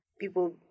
people